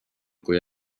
kui